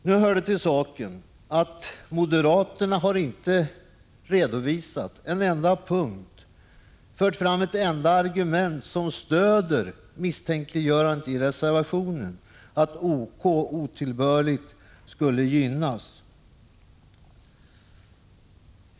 Nu hör det till saken att moderaterna inte har redovisat en enda punkt och inte fört fram ett enda argument som stöder misstänkliggörandet i reservationen att OK otillbörligt skulle gynnas.